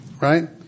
right